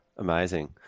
Amazing